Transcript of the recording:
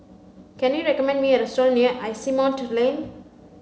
can you recommend me a restaurant near Asimont Lane